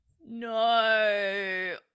No